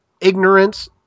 ignorance